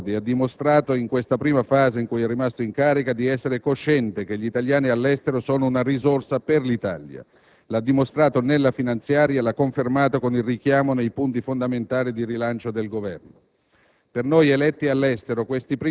Voterò la fiducia perché il Governo Prodi ha dimostrato, in questa prima fase in cui è rimasto in carica, di essere cosciente che gli italiani all'estero sono una risorsa per l'Italia: l'ha dimostrato nella finanziaria; l'ha confermato con il richiamo nei punti fondamentali di rilancio del Governo.